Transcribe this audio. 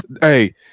hey